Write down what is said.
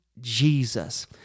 Jesus